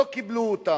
לא קיבלו אותן.